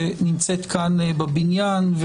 שנמצאת כאן בבניין.